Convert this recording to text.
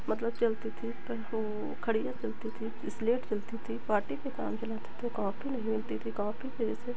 मतलब चलती थी पर हम खड़िया चलती थी स्लेट चलती थी पाटी पे काम चलाते थे कॉपी नहीं मिलती थी कॉपी पे जैसे